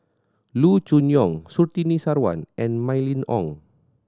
Loo Choon Yong Surtini Sarwan and Mylene Ong